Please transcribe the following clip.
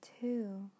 two